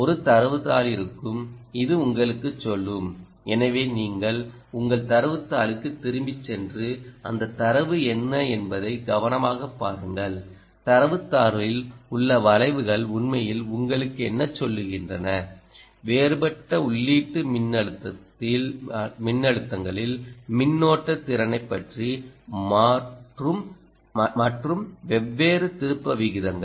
ஒரு தரவுத் தாள் இருக்கும் இது உங்களுக்குச் சொல்லும் எனவே நீங்கள் உங்கள் தரவுத் தாளுக்குத் திரும்பிச் சென்று அந்தத் தரவு என்ன என்பதை கவனமாகப் பாருங்கள் தரவுத் தாளில் உள்ள வளைவுகள் உண்மையில் உங்களுக்கு என்ன சொல்கின்றனவேறுபட்ட உள்ளீட்டு மின்னழுத்தங்களில் மின்னோட்டத் திறனைப் பற்றி மற்றும் வெவ்வேறு திருப்ப விகிதங்கள்